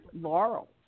Laurel